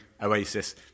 Oasis